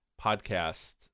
podcast